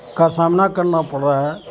کا سامنا کرنا پڑ رہا ہے